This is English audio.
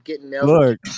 Look